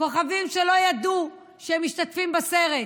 כוכבים שלא ידעו שהם משתתפים בסרט: